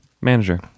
manager